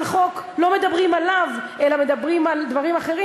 חוק לא מדברים עליו אלא מדברים על דברים אחרים,